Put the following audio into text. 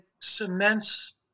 cements